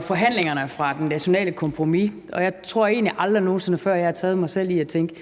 forhandlingerne om det nationale kompromis. Jeg tror egentlig aldrig før, jeg har taget mig selv i at tænke: